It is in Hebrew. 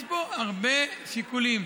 יש פה הרבה שיקולים.